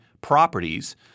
properties